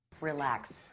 Relax